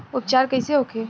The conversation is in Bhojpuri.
उपचार कईसे होखे?